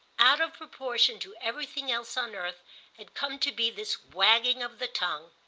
out of proportion to everything else on earth had come to be this wagging of the tongue.